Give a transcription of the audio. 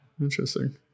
Interesting